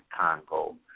congo